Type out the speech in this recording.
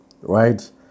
right